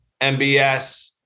MBS